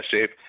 shape